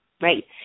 right